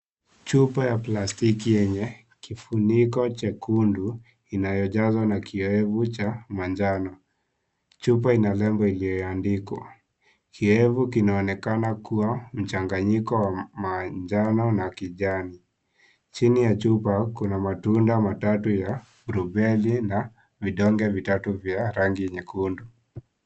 Chupa ya plastiki yenye kifuniko chekundu inayojazwa na kiowevu cha manjano. Chupa ina nembo iliyoandikwa. Kiowevu kinaonekana kuwa mchanganyiko wa manjano na kijani. Chini ya chupa kuna matunda matatu [csblue berry na vidonge vitatu vya rangi nyekundu.